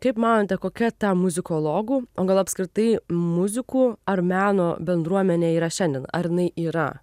kaip manote kokia ta muzikologų o gal apskritai muzikų ar meno bendruomenė yra šiandien ar jinai yra